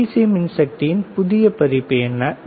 C மின்சக்தியின் புதிய பதிப்பு என்ன டி